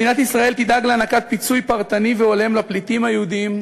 מדינת ישראל תדאג להענקת פיצוי פרטני והולם לפליטים היהודים,